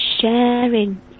sharing